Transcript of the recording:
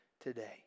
today